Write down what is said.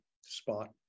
spot